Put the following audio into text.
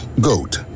goat